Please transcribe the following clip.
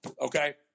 okay